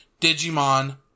Digimon